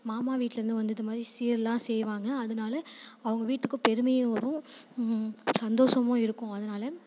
மாமா வீட்டுலருந்து வந்து இதுமாதிரி சீரெல்லாம் செய்வாங்க அதனால் அவங்க வீட்டுக்கு பெருமையும் வரும் சந்தோஷமும் இருக்கும் அதனால்